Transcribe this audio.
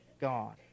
God